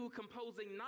composing